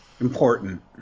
Important